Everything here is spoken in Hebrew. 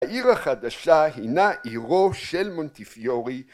‫העיר החדשה הינה עירו ‫של מונטיפיורי.